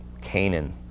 Canaan